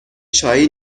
چایی